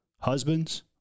husbands